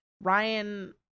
Ryan